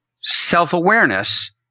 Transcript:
self-awareness